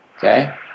Okay